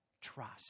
Trust